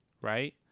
right